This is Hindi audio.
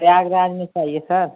प्रयागराज में चाहिए सर